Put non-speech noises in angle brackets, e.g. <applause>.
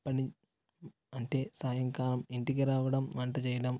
<unintelligible> అంటే సాయంకాలం ఇంటికి రావడం వంట చేయడం